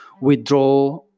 withdraw